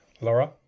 Laura